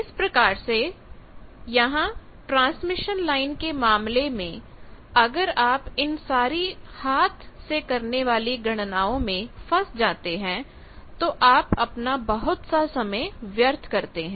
इसी प्रकार से यहां ट्रांसमिशन लाइन के मामले में अगर आप इन सारीहाथ से करने वाली गणनाओं में फस जाते हैं तो आप अपना बहुत सा समय व्यर्थ करते हैं